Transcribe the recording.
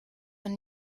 man